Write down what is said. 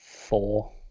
four